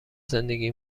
زندگی